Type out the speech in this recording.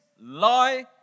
lie